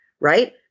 right